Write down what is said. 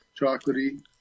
chocolatey